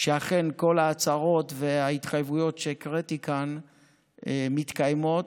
שאכן כל ההצהרות וההתחייבויות שהקראתי כאן מתקיימות,